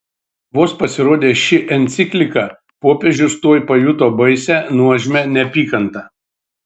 vos pasirodė ši enciklika popiežius tuoj pajuto baisią nuožmią neapykantą